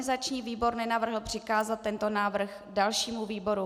Organizační výbor nenavrhl přikázat tento návrh dalšímu výboru.